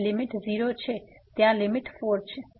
અહીં લીમીટ 0 છે ત્યાં લીમીટ 4 છે